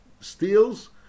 steals